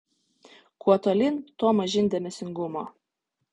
kuo tolyn tuo mažyn dėmesingumo